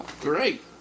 great